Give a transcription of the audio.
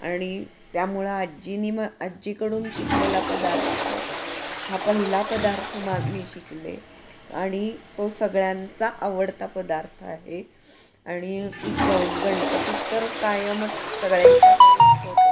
आणि त्यामुळं आजी निम आजीकडून शिकलेला पदार्थ हा पहिला पदार्थ मा मी शिकले आणि तो सगळ्यांचा आवडता पदार्थ आहे आणि गण गणपतीत तर कायमच सगळ्यांच्या घरीच होत असतो